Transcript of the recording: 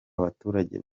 abaturage